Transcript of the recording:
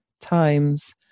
Times